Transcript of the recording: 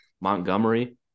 Montgomery